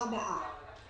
ארבעה.